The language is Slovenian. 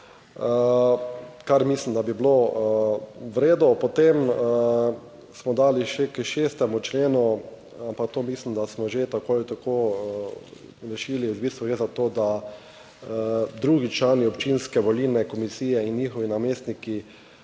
kar mislim, da bi bilo v redu. Potem smo dali še k 6. členu, ampak to mislim, da smo že tako ali tako rešili. V bistvu gre za to, da drugi člani občinske volilne komisije in njihovi namestniki